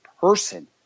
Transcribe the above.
person